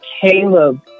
Caleb